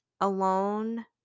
alone